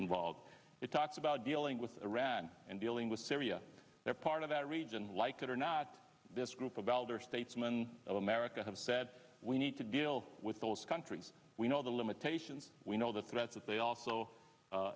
involved it talks about dealing with iran and dealing with syria they're part of that region like it or not this group of elder statesman of america have said we need to get ill with those countries we know the limitations we know the threats that they also